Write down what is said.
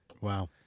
Wow